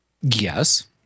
Yes